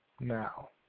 Now